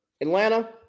atlanta